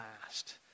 last